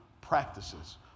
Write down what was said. practices